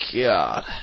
God